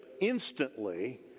instantly